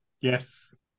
yes